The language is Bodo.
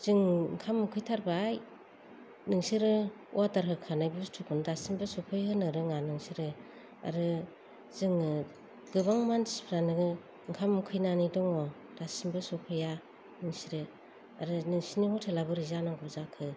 जों ओंखाम उखै थारबाय नोंसोरो अर्दार होखानाय बुस्थुखौनो दासिमबो सफैहोनो रोङा नोंसोरो आरो जोङो गोबां मानसिफ्रानो ओंखाम उखैनानै दङ दासिमबो सफैया नोंसोरो आरो नोंसोरनि हटेला बोरै जानांगौ जाखो